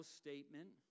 statement